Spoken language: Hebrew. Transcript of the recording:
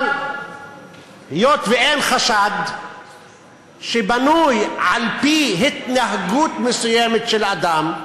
אבל היות שאין חשד שבנוי על-פי התנהגות מסוימת של אדם,